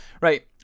Right